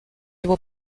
его